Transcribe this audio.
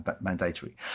mandatory